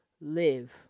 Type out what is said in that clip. live